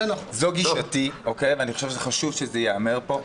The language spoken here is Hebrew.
זאת הגישה שלי ואני חושב שחשוב שזה ייאמר פה.